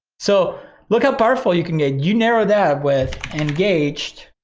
so look how powerful you can get, you narrow that with engaged